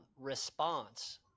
response